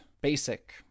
basic